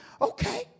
Okay